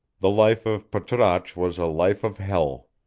the life of patrasche was a life of hell.